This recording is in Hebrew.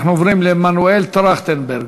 אנחנו עוברים למנואל טרכטנברג.